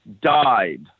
died